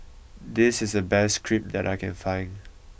this is the best Crepe that I can find